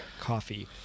coffee